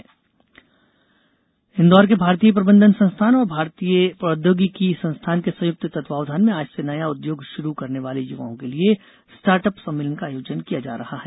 start सम्मेलन इंदौर के भारतीय प्रबंधन संस्थान और भारतीय प्रौदयोगिकी संस्थान के संयुक्त तत्वावधान में आज से नया उद्योग षुरू करने वाले युवाओं के लिए स्टार्टअप सम्मेलन का आयोजन किया जा रहा है